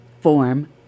form